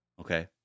okay